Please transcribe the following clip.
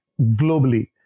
globally